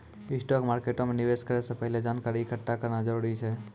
stock मार्केटो मे निवेश करै से पहिले जानकारी एकठ्ठा करना जरूरी छै